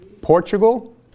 Portugal